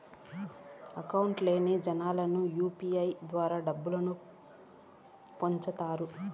Account లేని జనాలకు UPI ద్వారా డబ్బును పంపొచ్చా?